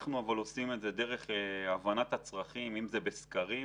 אנחנו עושים את זה דרך הבנת הצרכים, אם זה בסדקים